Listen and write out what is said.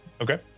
okay